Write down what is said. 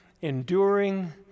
enduring